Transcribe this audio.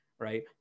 right